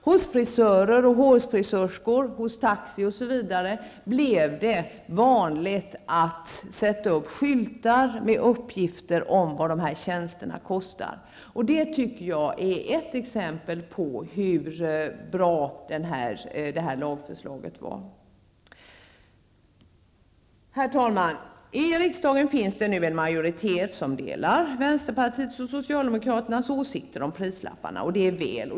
Hos frisörer och hårfrisörskor, hos taxi osv. blev det vanligt att sätta upp skyltar med uppgifter om vad dessa tjänster kostar. Det tycker jag är ett exempel på hur bra det här lagförslaget var. Herr talman! I riksdagen finns det nu en majoritet som delar vänsterpartiets och socialdemokraternas åsikter om prislapparna. Det är väl.